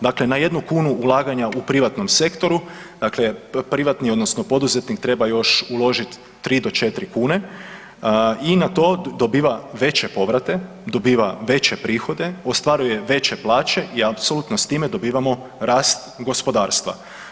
Dakle, na jednu kunu ulaganja u privatnom sektoru, dakle privatnik odnosno poduzetnik treba uložiti 3 do 4 kune i na to dobiva veće povrate, dobiva veće prihode, ostvaruje veće plaće i apsolutno s time dobivamo rast gospodarstva.